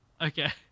Okay